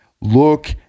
Look